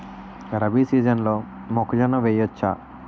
రబీ సీజన్లో మొక్కజొన్న వెయ్యచ్చా?